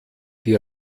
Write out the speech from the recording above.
die